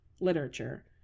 literature